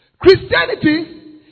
Christianity